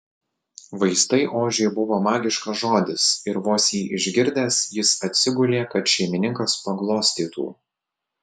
vaistai ožiui buvo magiškas žodis ir vos jį išgirdęs jis atsigulė kad šeimininkas paglostytų